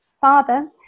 father